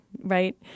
right